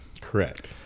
Correct